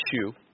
shoe